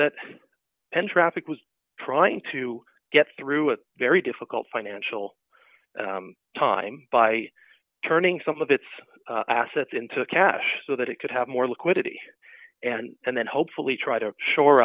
that and traffic was trying to get through a very difficult financial time by turning some of its assets into cash so that it could have more liquidity and then hopefully try to shore